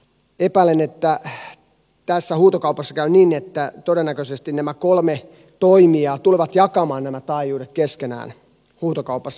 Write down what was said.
epäilen että tässä huutokaupassa käy niin että todennäköisesti nämä kolme toimijaa tulevat jakamaan nämä taajuudet keskenään huutokaupassa